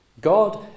God